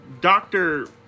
Doctor